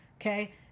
Okay